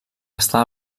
està